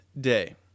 day